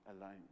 alone